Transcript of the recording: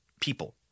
people